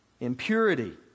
Impurity